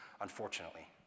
unfortunately